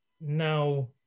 Now